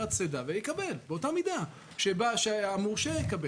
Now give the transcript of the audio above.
הצידה ויקבל באותה מידה שהמורשה יקבל.